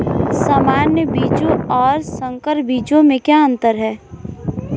सामान्य बीजों और संकर बीजों में क्या अंतर है?